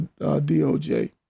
DOJ